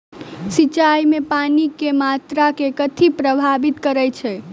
सिंचाई मे पानि केँ मात्रा केँ कथी प्रभावित करैत छै?